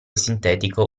sintetico